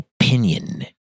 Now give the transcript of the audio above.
opinion